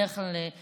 בדרך כלל מסתכלת